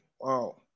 Wow